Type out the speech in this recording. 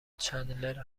چندلر